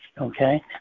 Okay